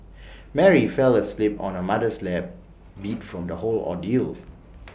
Mary fell asleep on her mother's lap beat from the whole ordeal